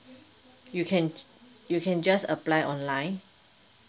you can you can just apply online